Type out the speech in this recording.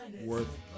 worth